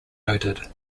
noted